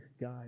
guide